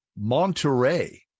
Monterey